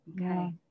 okay